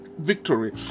Victory